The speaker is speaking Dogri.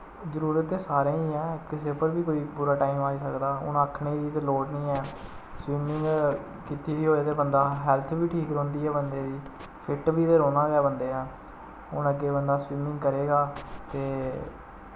जरूरत ते सारें गी ऐ किसे उप्पर बी कोई बुरा टाइम आई सकदा हून आखने दी ते लोड़ नी ऐ स्विमिंग कीती दी होऐ ते बंद हैल्थ बी ठीक रौंह्दे ऐ बंदे दी फिट बी ते रौह्ना गै बंदे ने हून अग्गैं बंदा स्विमिंग करेगा ते